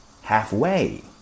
halfway